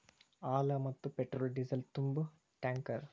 ಹಾಲ, ಮತ್ತ petrol diesel ತುಂಬು ಟ್ಯಾಂಕರ್